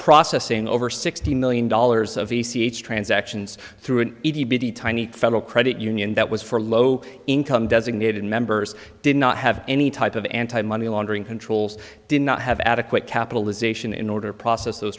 processing over sixty million dollars of p c h transactions through an eighty bt tiny federal credit union that was for low income designated members did not have any type of anti money laundering controls did not have adequate capitalization in order to process those